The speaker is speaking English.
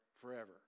forever